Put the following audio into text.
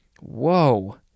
Whoa